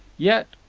yet,